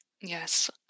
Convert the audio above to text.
Yes